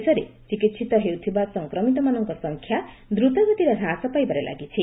ଦେଶରେ ଚିକିିିିିତ ହେଉଥିବା ସଫକ୍ରମିତମାନଙ୍କ ସଂଖ୍ୟା ଦ୍ରତଗତିରେ ହ୍ରାସ ପାଇବାରେ ଲାଗିଛି